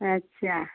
अच्छा